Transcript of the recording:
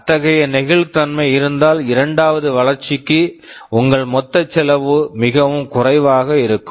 அத்தகைய நெகிழ்வுத்தன்மை இருந்தால் இரண்டாவது வளர்ச்சிக்கு உங்கள் மொத்த செலவு மிகவும் குறைவாக இருக்கும்